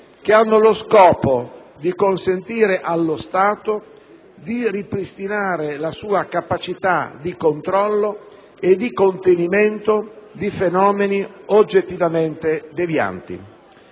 che hanno lo scopo di consentire allo Stato di ripristinare la sua capacità di controllo e di contenimento di fenomeni oggettivamente devianti.